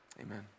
amen